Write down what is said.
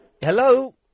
Hello